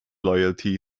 loyalty